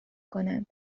کنند